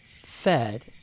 fed